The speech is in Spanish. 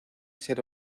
ser